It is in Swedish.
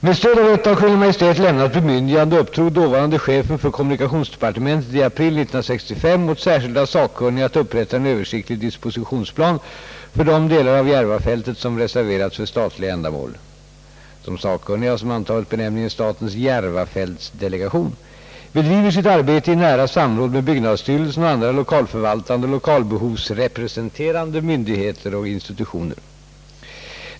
Med stöd av ett av Kungl. Maj:t lämnat bemyndigande uppdrog dåvarande chefen för kommunikationsdepartementet i april 1965 åt särskilda sakkunniga att upprätta en översiktlig dispositionsplan för de delar av Järvafältet, som reserverats för statliga ändamål. De sakkunniga, som antagit benämningen statens järvafältsdelegation, bedriver sitt arbete i nära samråd med byggnadsstyrelsen och andra lokalförvaltande och lokalbehovsrepresenterande myndigheter och institutioner.